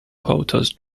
photos